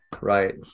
right